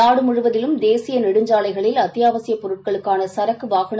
நாடு முழுவதிலும் தேசிய நெடுஞ்சாலைகளில் அத்தியாவசிய பொருட்களுக்கான சரக்கு வாகன